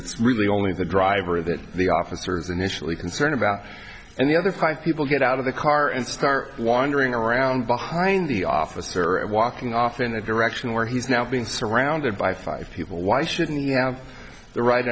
it's really only the driver that the officers initially concerned about and the other five people get out of the car and start wandering around behind the officer and walking off in a direction where he's now being surrounded by five people why shouldn't he have the right